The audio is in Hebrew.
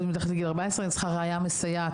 מתחת לגיל 14 אני צריכה ראיה מסייעת.